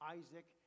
isaac